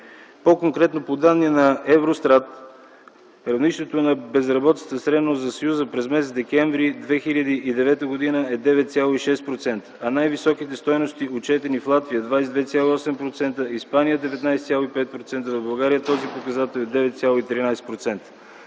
По-конкретно, по данни на „Евростат” равнището на безработица средно за Съюза през м. декември 2009 г. е 9,6%, а най-високите стойности, отчетени в Латвия – 22,8%; Испания – 19,5%. В България този показател е 9,13%.